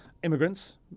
Immigrants